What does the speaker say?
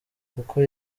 kuko